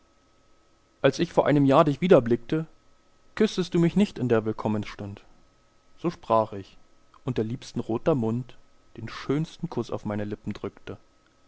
als ich vor einem jahr dich wiederblickte küßtest du mich nicht in der willkommstund so sprach ich und der liebsten roter mund den schönsten kuß auf meine lippen drückte